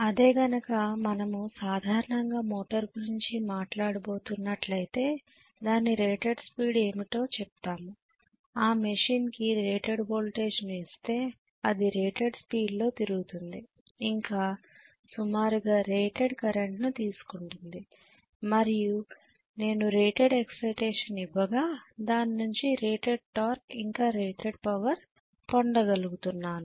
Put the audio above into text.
అదే గనక మనము సాధారణంగా మోటర్ గురించి మాట్లాడబోతున్నట్లయితే దాని రేటెడ్ స్పీడ్ ఏమిటో చెప్తాము ఆ మెషిన్ కి రేటెడ్ వోల్టేజ్ను ఇస్తే అది రేటెడ్ స్పీడ్ లో తిరుగుతుంది ఇంకా సుమారుగా రేటెడ్ కరెంట్ను తీసుకుంటుంది మరియు నేను రేటెడ్ ఎక్సైటేషన్ ఇవ్వగా దాని నుంచి రేటెడ్ టార్క్ ఇంకా రేటెడ్ పవర్ పొందగలుగుతున్నాను